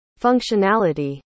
functionality